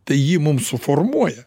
tai jį mum suformuoja